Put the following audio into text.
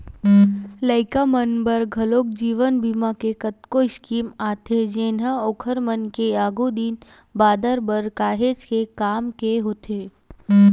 लइका मन बर घलोक जीवन बीमा के कतको स्कीम आथे जेनहा ओखर मन के आघु दिन बादर बर काहेच के काम के होथे